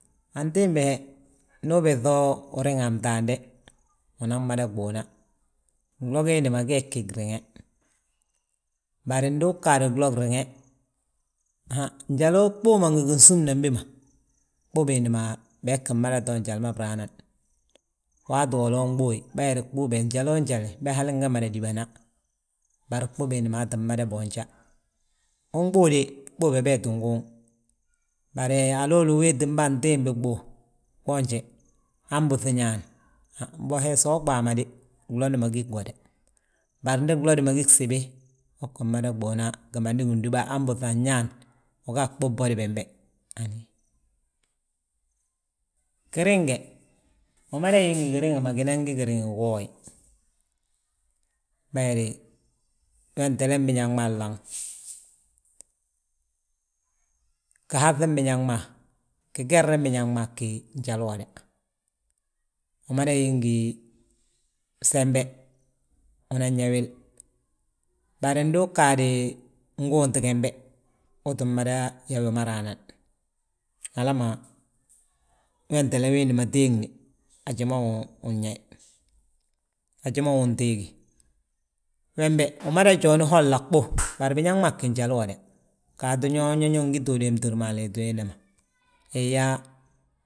Antimbi he ndu ubiiŧa uriŋa a btaande, unan mada ɓuuna; Glo giindi ma gee gi griŋe, bari ndu uu ggaade glo riŋe, han njalo ɓuu ma ngi ginsúmnan bi ma, ɓuu biindi ma bii ggin mada to njali ma braanan waatu wolo unɓuyi. Bayire ɓuu be njaloo njali, be hali nge mada díbana, bari ɓuu biindi maa tti mada boonja. Unɓuu de ɓuu be bee tti guuŋi bari haloolu uwéetim be antimbi ɓuu gboonje, han buŧi ñaan mbo he so uɓaa ma de, gloni ma gi gwoda. Bari ndi glodi ma gi gsibi, uu ggi mada ɓuuna gimandi gindúba han ɓuŧa anñaan, uga a ɓuu bwodi bembe hani. Giriŋ ge, umada gi ngi giriŋi ma ginan gí giriŋi giwooye, bayiri wentelen biñaŋ ma laŋ gihaŧin biñaŋ ma, gigerin biñaŋ ma gí njalu uwoda; Umada gí ngi sembe unan yaa wil, bari ndu ugaadi nguuntu gembe uu tti mada yaa wi ma raa nan. Hala ma wentele wiindi ma teegni, haji ma wi nyaayi, haji ma wi unteegi. wembe umada jooni holla ɓuu. Bari biñaŋ maa ggí njalu uwoda, gaatu ño, ño ngiti wi démtir mo a liiti wiinda ma iyaa.